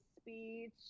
speech